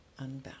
Unbound